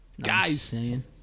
Guys